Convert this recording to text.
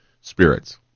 spirits